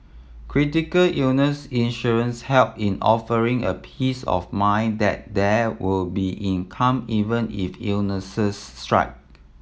critical illness insurance helps in offering a peace of mind that there will be income even if illnesses strike